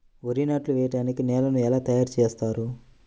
వరి నాట్లు వేయటానికి నేలను ఎలా తయారు చేస్తారు?